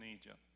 Egypt